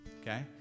Okay